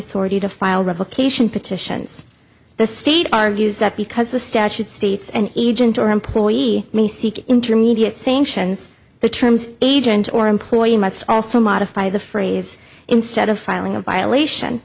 authority to file revocation petitions the state argues that because the statute states and agent or employee may seek intermediate sanctions the terms agent or employer must also modify the phrase instead of filing a violation